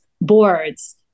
boards